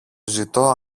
ζητώ